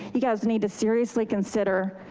you guys need to seriously consider